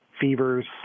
fevers